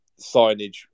Signage